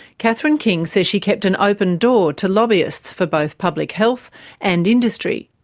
catherine king says she kept an open door to lobbyists for both public health and industry.